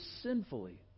sinfully